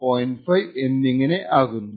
5 എന്നിങ്ങനെ ആകുന്നു